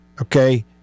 okay